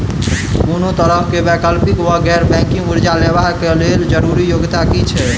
कोनो तरह कऽ वैकल्पिक वा गैर बैंकिंग कर्जा लेबऽ कऽ लेल जरूरी योग्यता की छई?